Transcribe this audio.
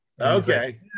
okay